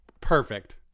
Perfect